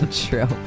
true